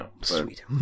Sweet